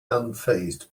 unfazed